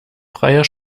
freier